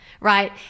right